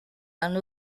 and